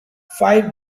five